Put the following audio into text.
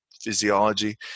physiology